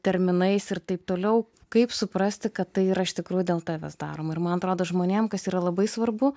terminais ir taip toliau kaip suprasti kad tai yra iš tikrųjų dėl tavęs daroma ir man atrodo žmonėm kas yra labai svarbu